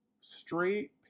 Straight